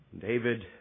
David